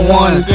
one